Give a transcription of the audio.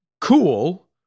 Cool